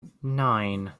nine